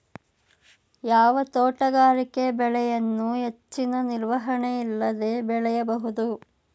ಯಾವ ತೋಟಗಾರಿಕೆ ಬೆಳೆಯನ್ನು ಹೆಚ್ಚಿನ ನಿರ್ವಹಣೆ ಇಲ್ಲದೆ ಬೆಳೆಯಬಹುದು?